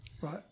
Right